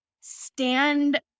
stand